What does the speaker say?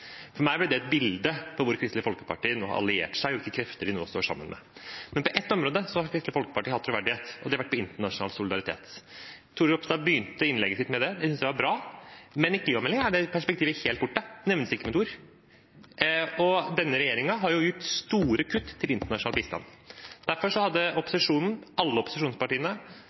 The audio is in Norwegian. For meg ble det et bilde på hvor Kristelig Folkeparti nå har alliert seg, og hvilke krefter de nå står sammen med. Men på ett område har Kristelig Folkeparti hatt troverdighet, og det har vært på internasjonal solidaritet. Tore Storehaug begynte innlegget sitt med det, og det synes jeg var bra, men i klimameldingen er det perspektivet helt borte, det nevnes ikke med et ord, og denne regjeringen har jo gjort store kutt til internasjonal bistand. Derfor hadde opposisjonen, alle opposisjonspartiene,